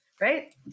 right